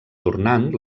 tornant